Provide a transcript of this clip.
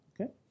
okay